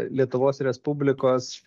lietuvos respublikos